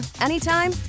anytime